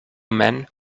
men